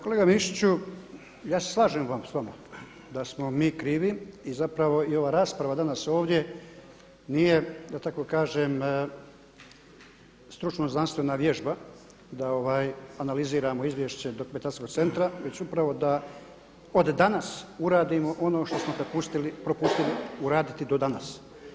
Kolega Mišiću ja se slažem s vama da smo mi krivi i zapravo i ova rasprava danas ovdje nije da tak kažem stručno znanstvena vježba da analiziramo izvješće dokumentacijskog centra već upravo da od danas uradimo ono što smo propustili uraditi do danas.